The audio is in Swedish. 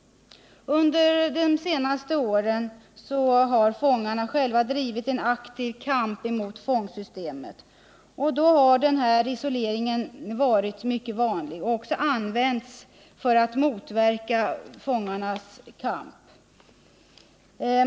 Under de senaste åren har fångarna själva fört en aktiv kamp mot fångsystemet, och då har isolering varit mycket vanlig. Den har använts för att motverka fångarnas kamp.